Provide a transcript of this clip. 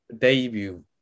debut